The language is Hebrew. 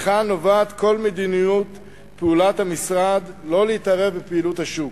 מכאן נובעת כל מדיניות פעולת המשרד לא להתערב בפעילות השוק.